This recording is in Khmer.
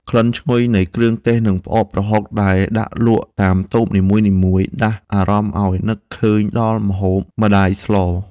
ក្លិនឈ្ងុយនៃគ្រឿងទេសនិងផ្អកប្រហុកដែលដាក់លក់តាមតូបនីមួយៗដាស់អារម្មណ៍ឱ្យនឹកឃើញដល់ម្ហូបម្ដាយស្ល។